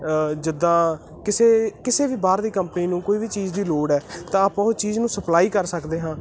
ਜਿੱਦਾਂ ਕਿਸੇ ਕਿਸੇ ਵੀ ਬਾਹਰ ਦੀ ਕੰਪਨੀ ਨੂੰ ਕੋਈ ਵੀ ਚੀਜ਼ ਦੀ ਲੋੜ ਹੈ ਤਾਂ ਆਪਾਂ ਉਹ ਚੀਜ਼ ਨੂੰ ਸਪਲਾਈ ਕਰ ਸਕਦੇ ਹਾਂ